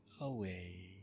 away